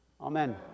Amen